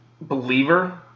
believer